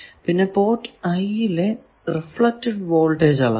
പിന്നെ port i ലെ reflected voltage അളക്കുക